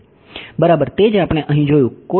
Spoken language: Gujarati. બરાબર તે જ આપણે અહીં જોયું છે